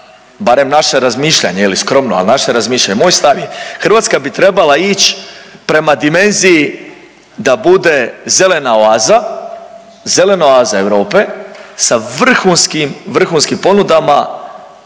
barem naše razmišljanje je li skromno, ali naše razmišljanje, moj stav je Hrvatska bi trebala ići prema dimenziji da bude zelena oaza, zelena oaza Europe sa vrhunskim,